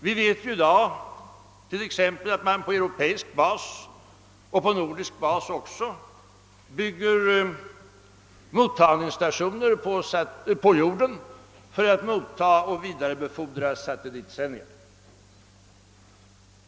Vi vet ju att man t.ex. i dag på europeisk bas och också på nordisk bas bygger mottagningsstationer på jorden för att motta och vidarebefordra satellitsändningar.